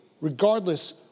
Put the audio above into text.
regardless